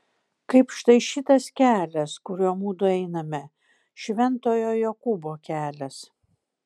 kaip štai šitas kelias kuriuo mudu einame šventojo jokūbo kelias